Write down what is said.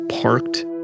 parked